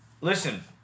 Listen